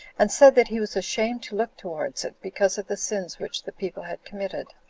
and said that he was ashamed to look towards it, because of the sins which the people had committed,